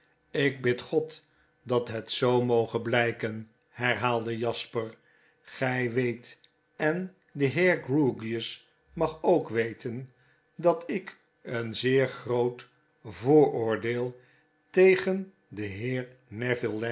jk bid god dat het zoo moge blijken herhaalde jasper gy weet en de heer grewgious mag ook weten dat ik een zeer groot vooroordeel tegen den heer